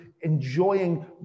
enjoying